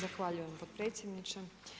Zahvaljujem potpredsjedniče.